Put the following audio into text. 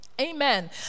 Amen